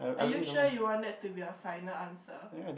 are you sure you want that to be your final answer